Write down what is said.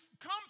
come